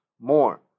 more